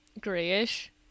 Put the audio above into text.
grayish